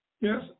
Yes